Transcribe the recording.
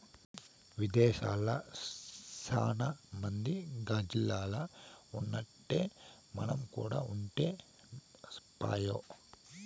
విదేశాల్ల సాన మంది గాజిల్లల్ల ఉన్నట్టే మనం కూడా ఉంటే పాయె